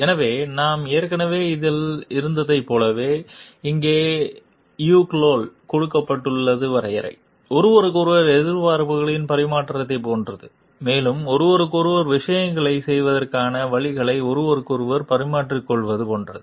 எனவே நாம் ஏற்கனவே இதில் இருந்ததைப் போலவே இங்கே யூக்லால் கொடுக்கப்பட்டுள்ள வரையறை ஒருவருக்கொருவர் எதிர்பார்ப்புகளின் பரிமாற்றத்தைப் போன்றது மேலும் ஒருவருக்கொருவர் விஷயங்களைச் செய்வதற்கான வழிகளை ஒருவருக்கொருவர் பரிமாறிக்கொள்வது போன்றது